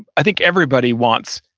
i think everybody wants,